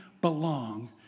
belong